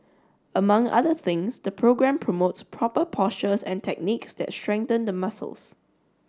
among other things the programme promotes proper postures and techniques that strengthen the muscles